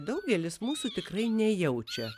daugelis mūsų tikrai nejaučia